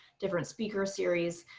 different speaker series.